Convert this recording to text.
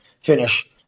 finish